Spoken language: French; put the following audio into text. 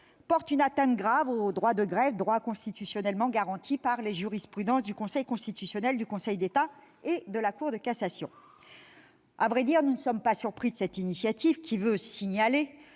porte une atteinte grave au droit de grève, constitutionnellement garanti par les jurisprudences du Conseil constitutionnel, du Conseil d'État et de la Cour de cassation. À vrai dire, nous ne sommes pas surpris de cette initiative, dont l'objet